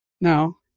Now